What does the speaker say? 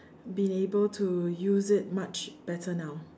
been able to use it much better now